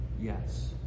Yes